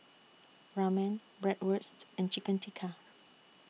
Ramen Bratwurst and Chicken Tikka